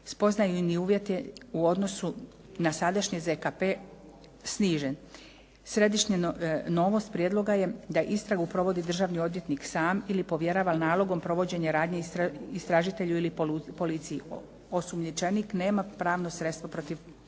Spoznajni je uvjet u odnosu na sadašnji ZKP snižen. Središnja novost prijedloga je da istragu provodi državni odvjetnik sam ili povjerava nalogom provođenje radnje istražitelju ili policiji. Osumnjičenik nema pravno sredstvo protiv naloga.